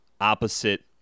opposite